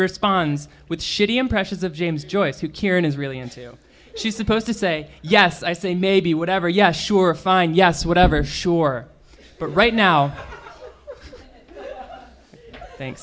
responds with shitty impressions of james joyce who kiran is really into she's supposed to say yes i say maybe whatever yeah sure fine yes whatever sure but right now th